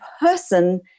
person